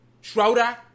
Schroeder